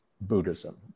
Buddhism